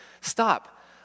stop